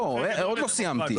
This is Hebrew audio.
לא, עוד לא סיימתי.